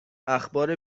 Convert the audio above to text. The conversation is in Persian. اخبار